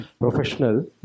professional